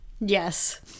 Yes